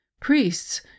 Priests